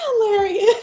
hilarious